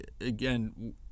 again